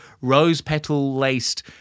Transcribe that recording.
rose-petal-laced